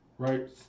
right